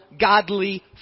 godly